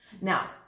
Now